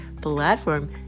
platform